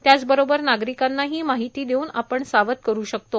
त्याचबरोबर नागरिकांनाही माहिती देऊन सावध करू शकतो